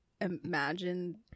imagine